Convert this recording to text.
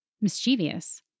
Mischievous